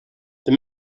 they